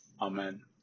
Amen